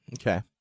Okay